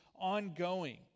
ongoing